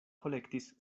kolektis